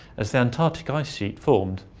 as the antarctic ice sheet formed,